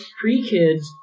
Pre-kids